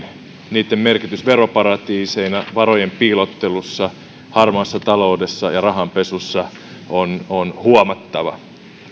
niitten merkitys veroparatiiseina varojen piilottelussa harmaassa taloudessa ja rahanpesussa on on huomattava